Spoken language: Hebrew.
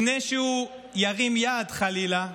לפני שהוא ירים יד, חלילה,